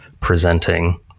presenting